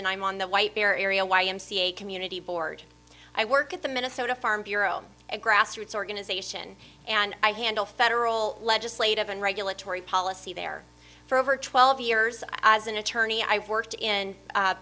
and i'm on the white bear area y m c a community board i work at the minnesota farm bureau a grassroots organization and i handle federal legislative and regulatory policy there for over twelve years as an attorney i worked in